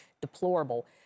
deplorable